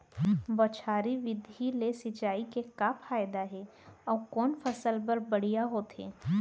बौछारी विधि ले सिंचाई के का फायदा हे अऊ कोन फसल बर बढ़िया होथे?